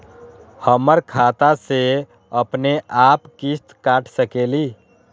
हमर खाता से अपनेआप किस्त काट सकेली?